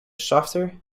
softer